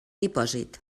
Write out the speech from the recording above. dipòsit